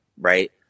right